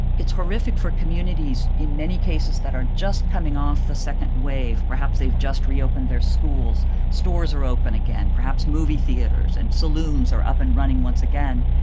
it's horrific for communities in many cases that are just coming off the second wave. perhaps they've just reopened their schools. stores are open again. perhaps movie theaters and saloons are up and running once again.